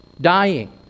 dying